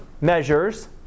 measures